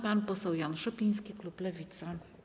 Pan poseł Jan Szopiński, klub Lewica.